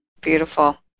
Beautiful